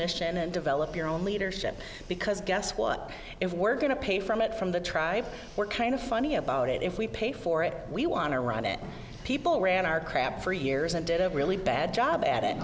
omission and develop your own leadership because guess what if we're going to pay from it from the tribe we're kind of funny about it if we paid for it we wanna run it people ran our crap for years and did a really bad job at it